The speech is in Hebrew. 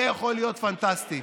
זה יכול להיות פנטסטי.